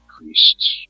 increased